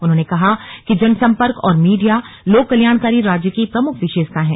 उन्होंने कहा कि जनसंपर्क और मीडिया लोक कल्याणकारी राज्य की प्रमुख विशेषता हैं